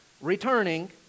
returning